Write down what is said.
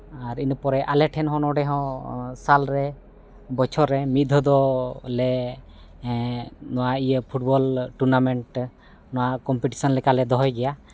ᱟᱨ ᱤᱱᱟᱹᱯᱚᱨᱮ ᱟᱞᱮ ᱴᱷᱮᱱ ᱦᱚᱸ ᱱᱚᱸᱰᱮ ᱦᱚᱸ ᱥᱟᱞᱨᱮ ᱵᱚᱪᱷᱚᱨ ᱨᱮ ᱢᱤᱫ ᱫᱷᱟᱣ ᱫᱚ ᱞᱮ ᱱᱚᱣᱟ ᱤᱭᱟᱹ ᱯᱷᱩᱴᱵᱚᱞ ᱴᱩᱨᱱᱟᱢᱮᱱᱴ ᱱᱚᱣᱟ ᱠᱚᱢᱯᱤᱴᱤᱥᱮᱱ ᱞᱮᱠᱟᱞᱮ ᱫᱚᱦᱚᱭ ᱜᱮᱭᱟ